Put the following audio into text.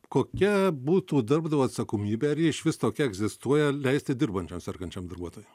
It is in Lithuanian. kokia būtų darbdavio atsakomybė ar ji išvis tokia egzistuoja leisti dirbančiam sergančiam darbuotojui